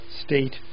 state